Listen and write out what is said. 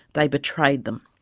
they betrayed them.